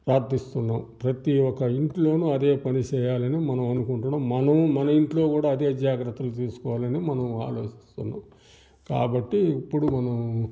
ప్రార్థిస్తున్నాం ప్రతీ ఒకళ్ళు ఇంట్లోను అదే పని చేయాలని మానమనుకుంటున్నాం మనము మన ఇంట్లో కూడా అదే జాగ్రత్తలు తీసుకోవాలని మనము ఆలోచిస్తున్నాం కాబట్టి ఇప్పుడు మనం